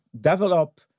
develop